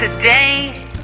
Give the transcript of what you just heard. Today